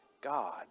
God